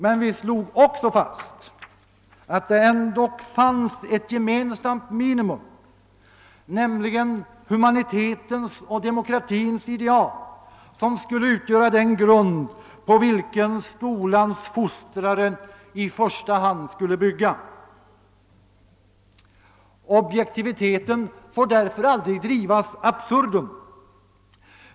Men v: slog också fast att det ändock finns ett gemensamt minimum, nämligen humanitetens och demokratins ideal, som skulle utgöra den grund på vilken skolans fostrare i första hand skulle bygga. Objektiviteten får därför aldrig drivas in absurdum.